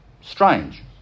strange